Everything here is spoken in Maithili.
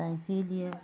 तऽ इसिलियै